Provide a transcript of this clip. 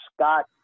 Scott